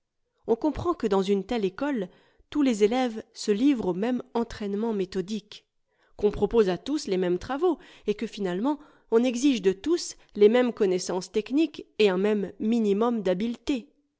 on comprend que dans une telle école tous les élèves se livrent au même entraînement méthodique qu'on propose à tous les mêmes travaux et que finalement on exige de tous les mêmes connaissances techniques et un même minimum d'habileté